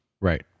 Right